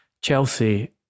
Chelsea